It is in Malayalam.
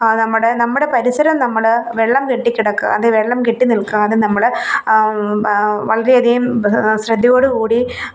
നമ്മുടെ നമ്മുടെ പരിസരം നമ്മള് വെള്ളം കെട്ടിക്കിടക്കാതെ വെള്ളം കെട്ടി നിൽക്കാതെ നമ്മള് വളരെയധികം ശ്രദ്ധയോടുകൂടി